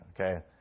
okay